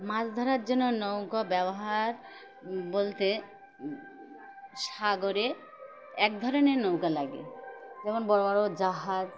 মাছ ধরার জন্য নৌকা ব্যবহার বলতে সাগরে এক ধরনের নৌকা লাগে যেমন বড়ো বড়ো জাহাজ